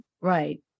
right